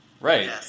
Right